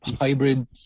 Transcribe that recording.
hybrid